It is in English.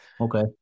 Okay